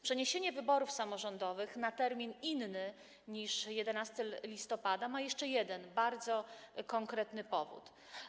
Przeniesienie wyborów samorządowych na termin inny niż 11 listopada ma jeszcze jeden bardzo konkretny powód.